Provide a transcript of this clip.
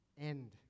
end